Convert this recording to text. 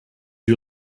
you